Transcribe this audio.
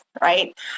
right